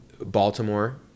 Baltimore